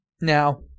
Now